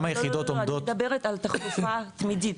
לא, אני מדבר על תחלופה תמידית.